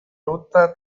rotta